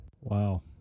Wow